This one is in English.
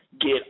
get